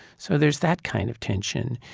so there's that kind of tension.